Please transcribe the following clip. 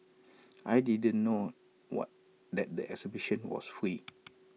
I didn't know what that the exhibition was free